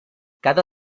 cada